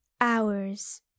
hours